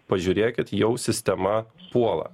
pažiūrėkit jau sistema puola